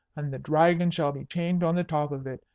and the dragon shall be chained on the top of it,